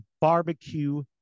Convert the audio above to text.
barbecue